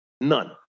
None